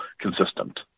consistent